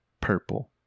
purple